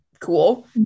cool